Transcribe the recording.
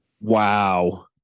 Wow